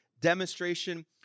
demonstration